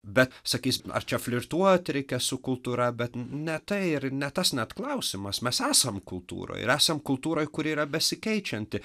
bet sakysim ar čia flirtuoti reikia su kultūra bet ne tai ir ne tas net klausimas mes esam kultūroj ir esam kultūroj kuri yra besikeičianti